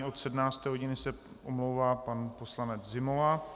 Od 17 hodin se omlouvá pan poslanec Zimola.